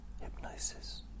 Hypnosis